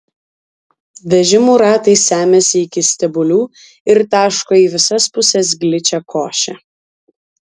vežimų ratai semiasi iki stebulių ir taško į visas puses gličią košę